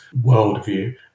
worldview